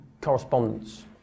Correspondence